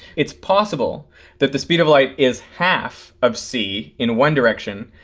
it's possible that the speed of light is half of c in one direction,